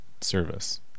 service